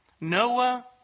Noah